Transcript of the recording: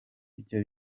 byo